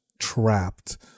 trapped